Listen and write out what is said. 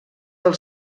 del